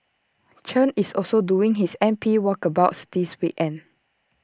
Chen is also doing his M P walkabouts this weekend